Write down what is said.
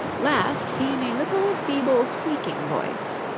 last came a little feeble, squeaking voice,